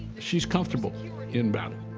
she's comfortable in battle.